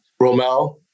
Romel